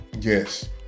Yes